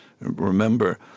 Remember